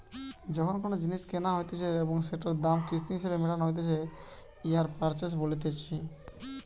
যখন কোনো জিনিস কেনা হতিছে এবং সেটোর দাম কিস্তি হিসেবে মেটানো হই তাকে হাইয়ার পারচেস বলতিছে